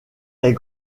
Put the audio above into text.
est